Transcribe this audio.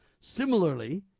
Similarly